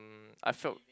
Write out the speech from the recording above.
mm I felt